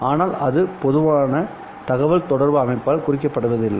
ஆனால் அது பொதுவாக தகவல் தொடர்பு அமைப்பால் குறிக்கப்படுவதில்லை